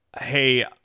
hey